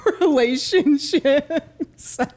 relationships